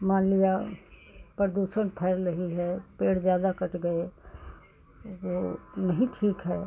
मान लिया प्रदूषण फैल रही है पेड़ ज़्यादा कट गए वो नहीं ठीक है